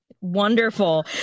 Wonderful